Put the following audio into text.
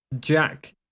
Jack